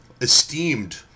esteemed